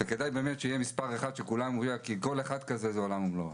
כדאי שיהיה מספר אחד, כי כל אחד הוא עולם ומלואו.